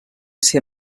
ser